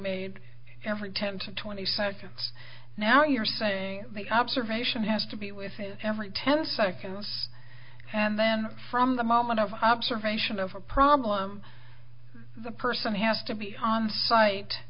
made every ten to twenty seconds now you're saying make observation has to be within every ten seconds and then from the moment of observation of a problem the person has to be onsite s